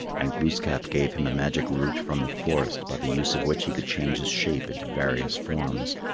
and glooskap gave him a magic root from the forest by the use of which he could change his shape into various forms.